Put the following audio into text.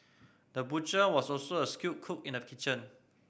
the butcher was also a skilled cook in the kitchen